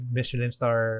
Michelin-star